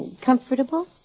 comfortable